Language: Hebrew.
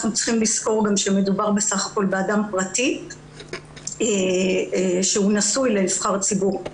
אנחנו צריכים לזכור שמדובר בסך הכול באדם פרטי שהוא נשוי לנבחר ציבור.